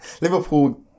Liverpool